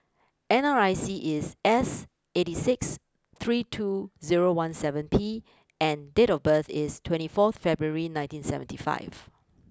N R I C is S eighty six three two zero one seven P and date of birth is twenty four February nineteen seventy five